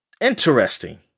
interesting